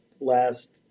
last